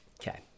okay